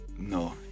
No